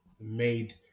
made